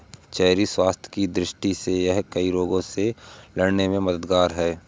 cherry स्वास्थ्य की दृष्टि से यह कई रोगों से लड़ने में मददगार है